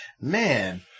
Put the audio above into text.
man